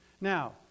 Now